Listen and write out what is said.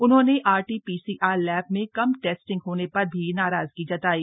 उन्होंने RT PCR lab में कम टेस्टिंग होने पर भी नाराजगी जतायी